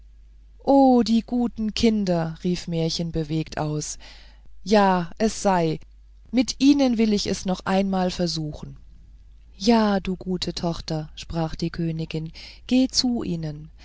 o die guten kinder rief märchen bewegt aus ja es sei mit ihnen will ich es noch einmal versuchen ja du gute tochter sprach die königin gehe zu ihnen